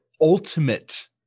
ultimate